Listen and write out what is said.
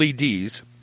LEDs